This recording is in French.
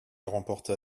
remporta